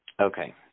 Okay